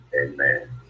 Amen